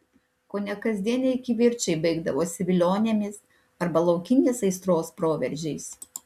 kone kasdieniai kivirčai baigdavosi vilionėmis arba laukinės aistros proveržiais